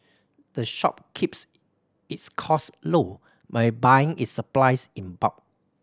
the shop keeps its costs low by buying its supplies in bulk